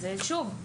שוב,